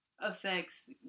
Affects